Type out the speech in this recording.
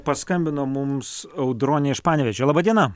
paskambino mums audronė iš panevėžio laba diena